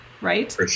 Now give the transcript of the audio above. right